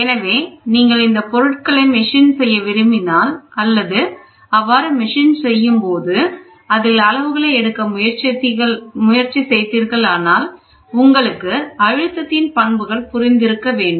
எனவே நீங்கள் இந்தப் பொருட்களை மிஷின் செய்ய விரும்பினால் அல்லது அவ்வாறு மெஷின் செய்யும்போது அதில் அளவுகளை எடுக்க முயற்சி செய்தீர்களானால் உங்களுக்கு அழுத்தத்தின் பண்புகள் புரிந்து இருக்க வேண்டும்